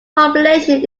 population